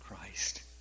Christ